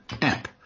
app